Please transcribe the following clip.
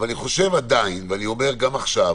אבל אני עדיין חושב ואומר גם עכשיו: